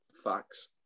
Facts